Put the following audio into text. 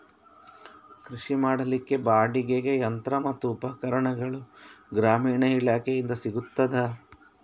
ಕೃಷಿ ಮಾಡಲಿಕ್ಕೆ ಬಾಡಿಗೆಗೆ ಯಂತ್ರ ಮತ್ತು ಉಪಕರಣಗಳು ಗ್ರಾಮೀಣ ಇಲಾಖೆಯಿಂದ ಸಿಗುತ್ತದಾ?